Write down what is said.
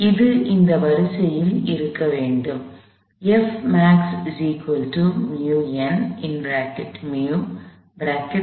இது இந்த வரிசையில் இருக்க வேண்டும் Fmax µN µ N